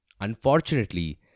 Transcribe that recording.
Unfortunately